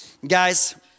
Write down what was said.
Guys